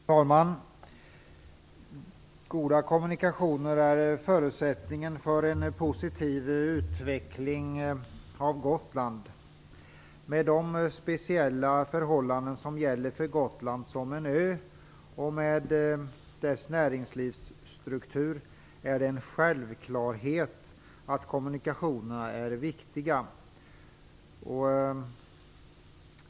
Fru talman! Goda kommunikationer är en förutsättning för en positiv utveckling på Gotland. Med de speciella förhållanden som gäller för Gotland som ö och med dess näringslivsstruktur är det en självklarhet att kommunikationerna är viktiga.